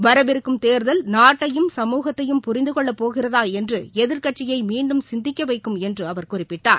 வரவிருக்கும் நாட்டையும் தேர்தல் சமூகத்தையும் புரிந்துக் கொள்ளபோகிறதாஎன்றுஎதிர்க்கட்சியைமீண்டும் சிந்திக்கவைக்கும் என்றுஅவர் குறிப்பிட்டார்